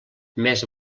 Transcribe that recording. més